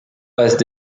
passes